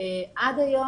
עד היום,